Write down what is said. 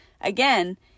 again